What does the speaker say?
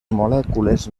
molècules